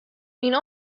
myn